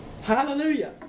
Hallelujah